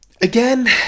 Again